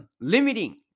Limiting